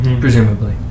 Presumably